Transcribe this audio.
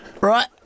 Right